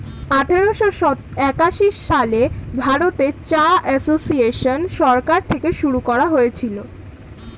আঠারোশো একাশি সালে ভারতে চা এসোসিয়েসন সরকার থেকে শুরু করা হয়েছিল